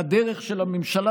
והדרך של הממשלה,